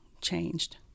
changed